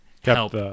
help